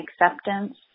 acceptance